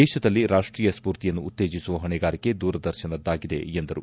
ದೇಶದಲ್ಲಿ ರಾಷ್ಷೀಯ ಸ್ವೂರ್ತಿಯನ್ನು ಉತ್ತೇಜಿಸುವ ಹೊಣೆಗಾರಿಕೆ ದೂರದರ್ಶನದ್ದಾಗಿದೆ ಎಂದರು